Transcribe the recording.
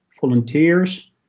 volunteers